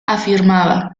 afirmaba